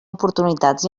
oportunitats